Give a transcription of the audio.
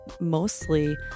mostly